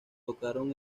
tocaron